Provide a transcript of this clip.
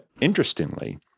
interestingly